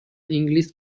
english